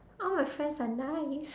all my friends are nice